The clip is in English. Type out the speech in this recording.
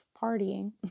partying